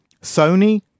Sony